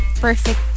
perfect